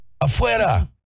¡Afuera